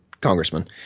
congressman